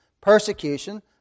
persecution